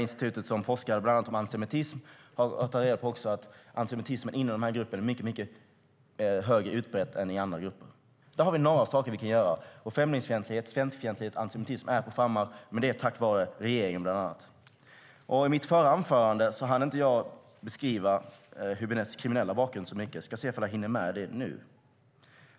Institutet som forskar om bland annat antisemitism har tagit reda på att antisemitismen inom den här gruppen är mycket mer utbredd än i andra grupper. Där har vi några saker som vi kan göra. Främlingsfientlighet, svenskfientlighet och antisemitism är på frammarsch, och det är på grund av bland annat regeringen. I mitt förra anförande hann jag inte beskriva så mycket av Hübinettes kriminella bakgrund. Jag ska försöka hinna med det nu.